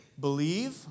believe